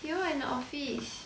he work in the office